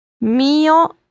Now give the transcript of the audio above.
Mio